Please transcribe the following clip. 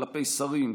כלפי שרים,